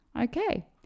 okay